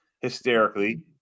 Hysterically